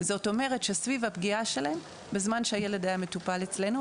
זאת אומרת שסביב הפגיעה שלהם בזמן שהילד היה מטופל אצלנו,